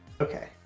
okay